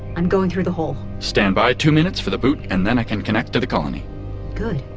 i'm going through the hole standby two minutes for the boot, and then i can connect to the colony good,